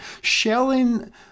shelling